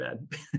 bad